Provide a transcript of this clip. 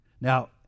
Now